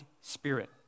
spirit